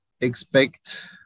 expect